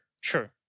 sure